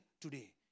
today